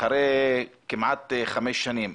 אחרי כמעט חמש שנים,